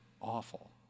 awful